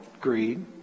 greed